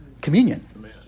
Communion